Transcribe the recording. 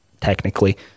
technically